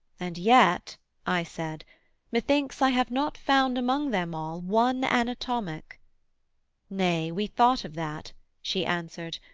and yet i said methinks i have not found among them all one anatomic nay, we thought of that she answered,